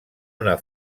una